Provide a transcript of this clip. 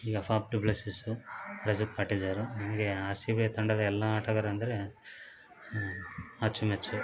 ಈಗ Faf du Plessis Rajat Patidar ನನಗೆ R C ಬಿಯ ತಂಡದ ಎಲ್ಲ ಆಟಗಾರರೆಂದರೆ ಅಚ್ಚುಮೆಚ್ಚು